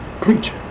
preacher